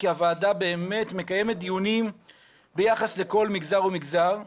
כי הוועדה באמת מקיימת דיונים ביחס לכל מגזר ומגזר,